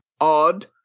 odd